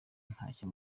ntacyo